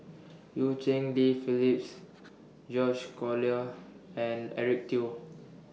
EU Cheng Li Phillips George Collyer and Eric Teo